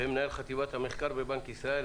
ומנהל חטיבת המחקר בבנק ישראל.